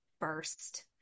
first